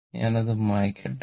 ഞാൻ അത് മായ്ക്കട്ടെ